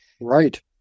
Right